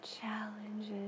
challenges